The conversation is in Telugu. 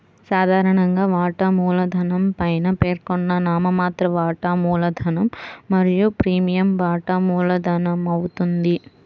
సాధారణంగా, వాటా మూలధనం పైన పేర్కొన్న నామమాత్ర వాటా మూలధనం మరియు ప్రీమియం వాటా మూలధనమవుతుంది